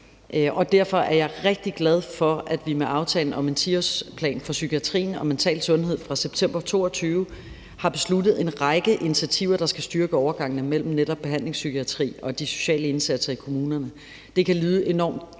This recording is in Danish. Derfor er jeg rigtig glad for, at vi med »Aftale om en 10-årsplan for psykiatrien og mental sundhed« fra september 2022 har besluttet en række initiativer, der skal styrke overgangene mellem netop behandlingspsykiatri og de sociale indsatser i kommunerne. Det kan lyde enormt